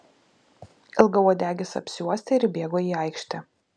ilgauodegis apsiuostė ir įbėgo į aikštę